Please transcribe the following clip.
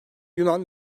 yunan